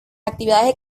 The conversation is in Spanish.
actividades